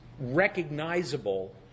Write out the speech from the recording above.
recognizable